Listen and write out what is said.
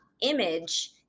image